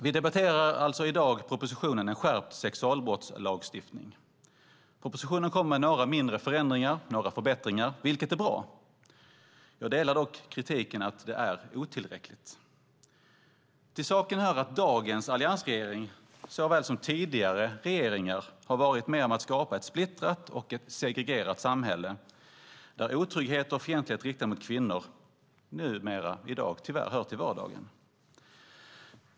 Vi debatterar alltså i dag propositionen En skärpt sexualbrottslagstiftning . Propositionen kommer med några mindre förändringar - några förbättringar - vilket är bra. Jag delar dock kritiken att det är otillräckligt. Till saken hör att såväl dagens alliansregering som tidigare regeringar har varit med om att skapa ett splittrat och segregerat samhälle där otrygghet och fientlighet riktad mot kvinnor numera hör till vardagen.